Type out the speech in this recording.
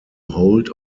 hold